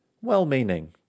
Well-meaning